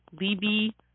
Libby